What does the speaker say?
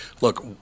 look